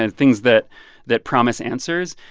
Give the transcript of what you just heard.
and things that that promise answers,